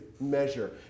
measure